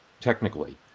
technically